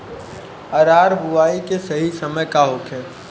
अरहर बुआई के सही समय का होखे?